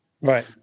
Right